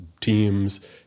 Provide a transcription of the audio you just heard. teams